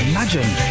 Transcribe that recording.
Imagine